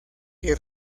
que